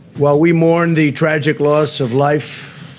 while we mourn the tragic loss of life